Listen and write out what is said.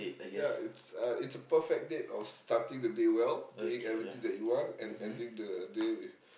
ya it's uh it's a perfect date of starting the day well doing everything that you want and ending the day with